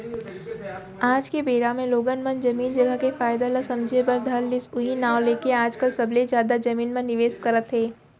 आज के बेरा म लोगन मन जमीन जघा के फायदा ल समझे बर धर लिस उहीं नांव लेके आजकल सबले जादा जमीन म निवेस करत हे